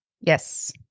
Yes